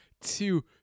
two